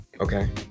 Okay